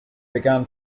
began